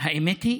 האמת היא,